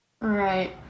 Right